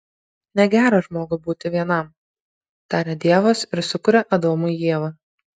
negera žmogui būti vienam taria dievas ir sukuria adomui ievą